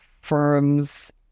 firms